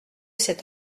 cet